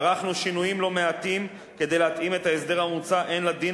ערכנו שינויים לא מעטים כדי להתאים את ההסדר המוצע הן לדין